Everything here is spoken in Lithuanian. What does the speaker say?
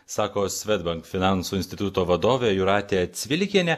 sako swedbank finansų instituto vadovė jūratė cvilikienė